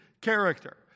character